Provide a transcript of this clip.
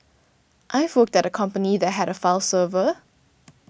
I've worked at a company that had a file server